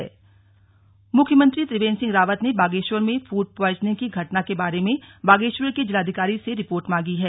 slug CM food poisoning मुख्यमंत्री त्रिवेन्द्र सिंह रावत ने बागेश्वर में फूड प्वाइजनिंग की घटना के बारे में बागेश्वर के जिलाधिकारी से रिपोर्ट मांगी है